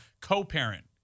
co-parent